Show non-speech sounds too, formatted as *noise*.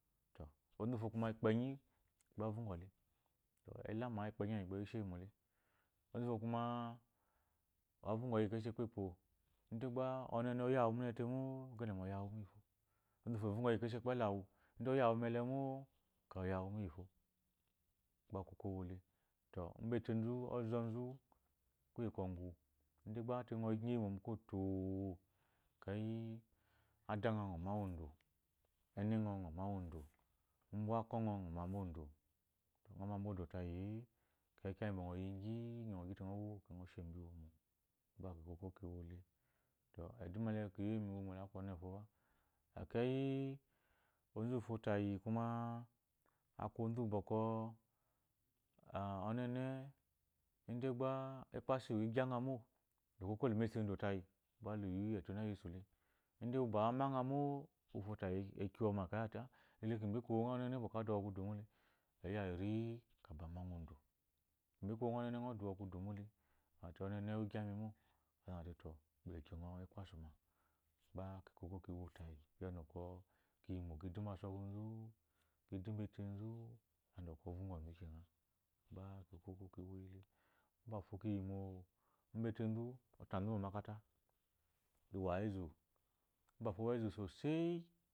*unintelligible* onzu wufo kuma ikpenyi gba avɔgɔle eyila ma ikpenyi gba eshemo mu iwomo ler onzu wufo kuma avɔgɔ yi ekeshi. ekpepo ide onene oya uwu mune ne te mo ogaidama oya uwu mu iyifo onzu wufo a vɔgɔ yi ekeshi ekpelɔ awu oyawu mu elel ekeyi oyawu mu iyifo gba okoko owole to embetenzu ozonzu mu kuye kwɔgu ide gba kgɔ nyi oyi mo mu koto ekeyi adangha ngɔ mawa odo enengha ngɔ mawu odoto ngɔ mamba odo tayi- e to kiya igi bɔkɔ ngɔ gi te ngɔ wo ba ngɔ shee mu iwomo gba ikoko kiwo le to eduma ele kiyi mu iwomo le aku onene fuba ekeyionzu wufo tayi kuma aku onzu bɔkɔ onene ide gba ekpassu igyangha mo lu koko lu maesu odo tayi gba luyi ɔtunye uwesu uwu bɔkɔ amanghamo ekeyi akiwonma ate ele kimbe ki wo wu ngha ba ada wo kudu mole iya eri aba mangha odo kimbe kiwo ngha onene ngɔ di wo kudu mole a te onene ewu egyamimo azateto ukpole kyongɔ ekpasu ma oba ikoko kiwo tayi kiya ngi bɔkɔ kiyimo ki du mbetenzu mbasokunzu yadda kɔ ɔvɔgɔ kena gba ikoko kiwoyile mbafo kiyi mo umbetenzu otanzu mu makate luwa ezu *unintelligible*